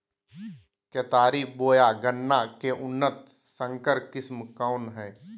केतारी बोया गन्ना के उन्नत संकर किस्म कौन है?